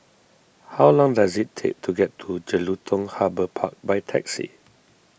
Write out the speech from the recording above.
how long does it take to get to Jelutung Harbour Park by taxi